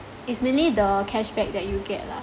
is mainly the cashback that you get lah